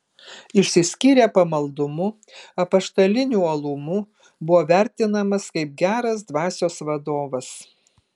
išsiskyrė pamaldumu apaštaliniu uolumu buvo vertinamas kaip geras dvasios vadovas